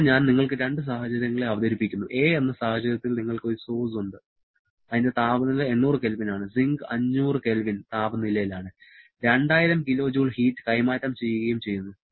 ഇവിടെ ഞാൻ നിങ്ങൾക്ക് രണ്ട് സാഹചര്യങ്ങളെ അവതരിപ്പിക്കുന്നു 'a' എന്ന സാഹചര്യത്തിൽ നിങ്ങൾക്ക് ഒരു സോഴ്സ് ഉണ്ട് അതിന്റെ താപനില 800 K ആണ് സിങ്ക് 500 K താപനിലയിൽ ആണ് 2000 kJ ഹീറ്റ് കൈമാറ്റം ചെയ്യുകയും ചെയ്യുന്നു